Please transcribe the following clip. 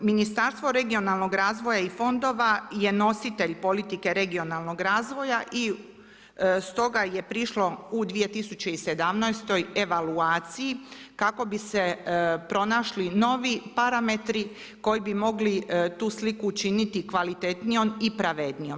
Ministarstvo regionalnog razvoja i fondova je nositelj politike regionalnog razvoja i stoga je prišla u 2017. evaluaciji, kako bi se pronašli novi parametri, koji bi mogli, tu sliku učiniti kvalitetnijom i pravednijom.